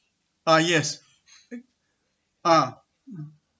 ah yes ah